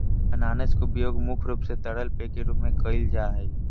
अनानास के उपयोग मुख्य रूप से तरल पेय के रूप में कईल जा हइ